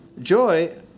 joy